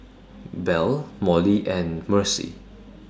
Belle Molly and Mercy